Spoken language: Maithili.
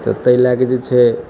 तऽ ताहि लए कऽ जे छै